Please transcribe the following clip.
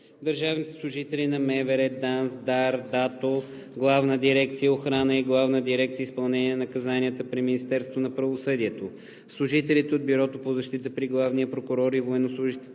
Държавните служители на МВР, ДАНС, ДАР, ДАТО, Главна дирекция „Охрана“ и Главна дирекция „Изпълнение на наказанията“ при Министерството на правосъдието, служителите от Бюрото по защита при главния прокурор и военнослужещите